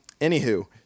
anywho